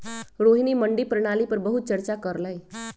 रोहिणी मंडी प्रणाली पर बहुत चर्चा कर लई